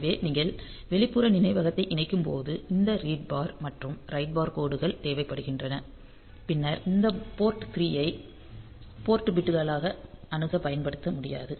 எனவே நீங்கள் வெளிப்புற நினைவகத்தை இணைக்கும்போது இந்த ரீட் பார் மற்றும் ரைட் பார் கோடுகள் தேவைப்படுகின்றன பின்னர் இந்த போர்ட் 3 ஐ போர்ட் பிட்களாக அணுக பயன்படுத்த முடியாது